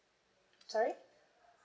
sorry